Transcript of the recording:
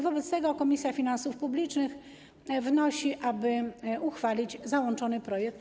Wobec tego Komisja Finansów Publicznych wnosi, aby uchwalić załączony projekt.